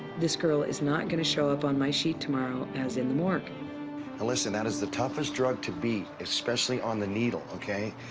this girl is not going to show up on my sheet tomorrow as in the morgue. now listen. that is the toughest drug to beat, especially on the needle, ok.